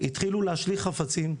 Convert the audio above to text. התחילו להשליך חפצים,